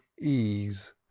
ease